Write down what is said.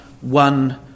one